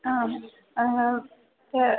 आम् त